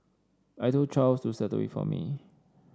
I told Charles to settle it for me